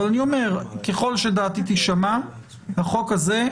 אבל ככל שדעתי תישמע החוק הזה,